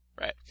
Right